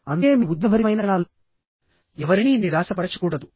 అందుకే మీరు ఉద్వేగభరితమైన క్షణాల్లో ఎవరినీ నిరాశపరచకూడదు